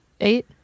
Eight